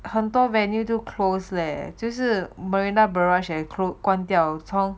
很多 venue to close leh 就是 marina barrage 也关掉从